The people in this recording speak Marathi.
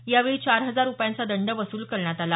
यावेळी चार हजार रुपयांचा दंड वसूल करण्यात आला